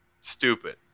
stupid